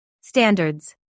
Standards